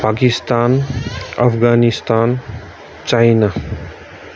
Pakistan Afghanistan China